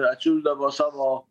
atsiųsdavo savo